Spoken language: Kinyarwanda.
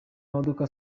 amaduka